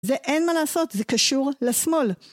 זה אין מה לעשות, זה קשור לשמאל.